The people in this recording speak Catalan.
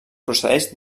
procedeix